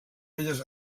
belles